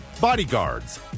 Bodyguards